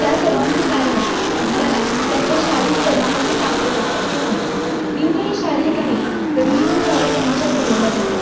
त्या सर्वांची कारण आपल्याला त्यांच्या शारीरिक फरका मध्येच सापडेलच असे नाही लिंग हे शारीरिक आहे तर लिंग भाव समाजात घडवला जातो